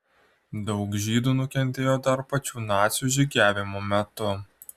daug žydų nukentėjo dar pačiu nacių žygiavimo metu